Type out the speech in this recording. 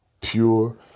pure